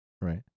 Right